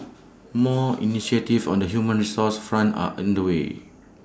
more initiatives on the human resources front are under way